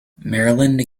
maryland